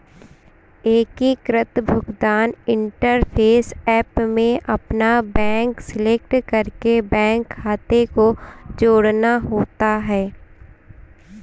एकीकृत भुगतान interface app में अपना बैंक सेलेक्ट करके बैंक खाते को जोड़ना होता है